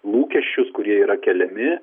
lūkesčius kurie yra keliami